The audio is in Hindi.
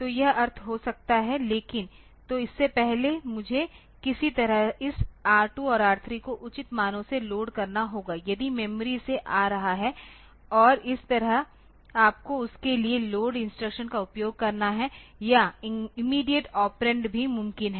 तो यह अर्थ हो सकता है लेकिन तो इससे पहले मुझे किसी तरह इस R 2 और R3 को उचित मानों से लोड करना होगा यदि मेमोरी से आ रहा है और इस तरह आपको उसके लिए लोड इंस्ट्रक्शन का उपयोग करना है या इमीडियेट ऑपरेंड भी मुमकिन हैं